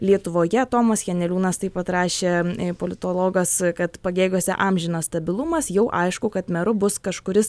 lietuvoje tomas janeliūnas taip pat rašė politologas kad pagėgiuose amžinas stabilumas jau aišku kad meru bus kažkuris